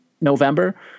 November